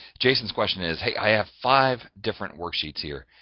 jason's question is hey! i have five different worksheets here.